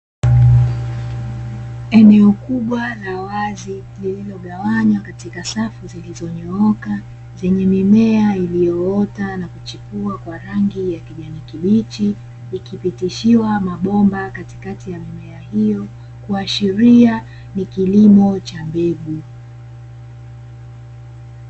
Eneo kubwa la wazi lililogawanywa katika safu zilizonyooka, zenye mimea iliyoota na kuchipua kwa rangi ya kijani kibichi, ikipitishiwa mabomba katikati ya mimea hiyo, kuashiria ni kilimo cha mbegu.